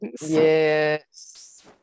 Yes